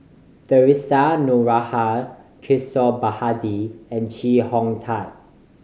Theresa Noronha Kishore Mahbubani and Chee Hong Tat